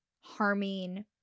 harming